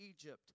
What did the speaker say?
Egypt